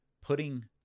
putting